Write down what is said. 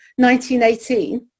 1918